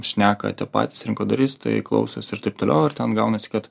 šneka tie patys rinkodaristai klausosi ir taip toliau ir ten gaunasi kad